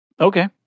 Okay